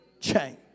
change